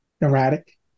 erratic